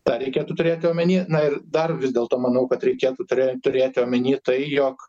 tą reikėtų turėti omeny ir dar vis dėlto manau kad reikėtų turėt turėti omeny tai jog